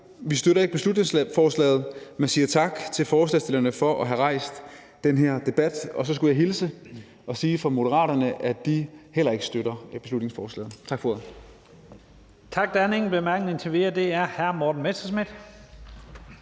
støtter beslutningsforslaget, men siger tak til forslagsstillerne for at have rejst den her debat. Og så skulle jeg hilse fra Moderaterne og sige, at de heller ikke støtter beslutningsforslaget. Tak for ordet.